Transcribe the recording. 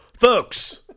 Folks